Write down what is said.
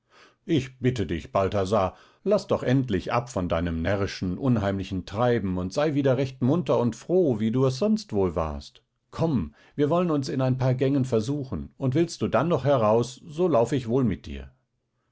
ich bitte dich balthasar laß doch endlich ab von deinem närrischen unheimlichen treiben und sei wieder recht munter und froh wie du es sonst wohl warst komm wir wollen uns in ein paar gängen versuchen und willst du denn noch heraus so lauf ich wohl mit dir